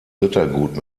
rittergut